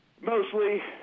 Mostly